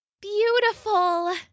beautiful